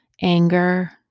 anger